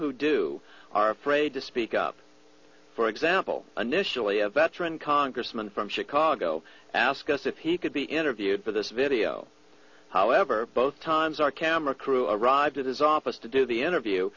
who do are afraid to speak up for example an issue i e a veteran congressman from chicago ask us if he could be interviewed for this video however both times our camera crew arrived at his office to do the interview